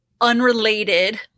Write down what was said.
unrelated